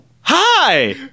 hi